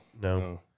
No